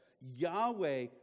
Yahweh